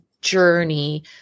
journey